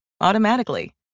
automatically